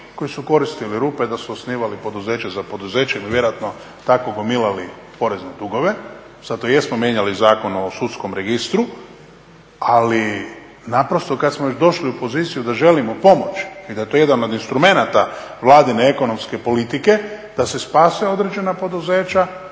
koji su koristili rupe da su osnivali poduzeće za poduzećem i vjerojatno tako gomilali porezne dugove, zato i jesmo mijenjali Zakon o sudskom registru, ali naprosto kad smo već došli u poziciju da želimo pomoći i da je to jedan od instrumenata Vladine ekonomske politike da se spase određena poduzeća